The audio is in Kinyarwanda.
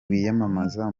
wiyamamaza